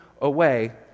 away